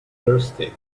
thirsty